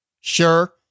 Sure